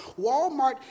Walmart